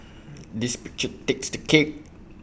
this picture takes the cake